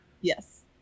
Yes